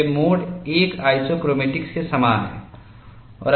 way mode I isochromatics के समान हैं